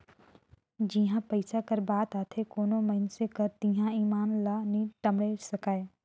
जिहां पइसा कर बात आथे कोनो मइनसे कर तिहां ईमान ल नी टमड़े सकाए